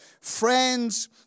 friends